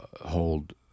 hold